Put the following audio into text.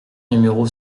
numéro